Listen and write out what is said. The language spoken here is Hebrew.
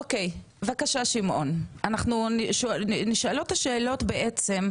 אוקיי יש פה תופעה מאוד מאוד גדולה ואנחנו הולכים לעשות עבודה אמתית,